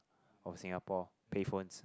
for Singapore pay phones